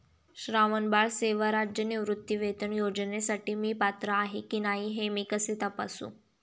श्रावणबाळ सेवा राज्य निवृत्तीवेतन योजनेसाठी मी पात्र आहे की नाही हे मी कसे तपासू?